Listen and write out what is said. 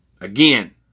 again